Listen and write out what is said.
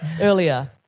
Earlier